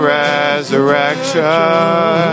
resurrection